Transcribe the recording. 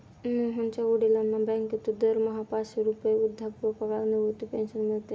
मोहनच्या वडिलांना बँकेतून दरमहा पाचशे रुपये वृद्धापकाळ निवृत्ती पेन्शन मिळते